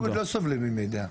לא סובלים ממידע.